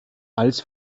als